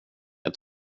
jag